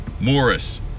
Morris